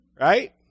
Right